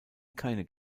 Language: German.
keine